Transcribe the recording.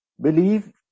believe